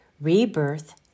Rebirth